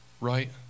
right